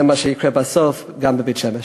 זה מה שיקרה בסוף גם בבית-שמש.